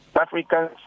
Africans